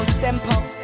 simple